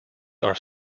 are